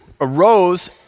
arose